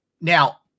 Now